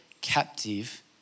captive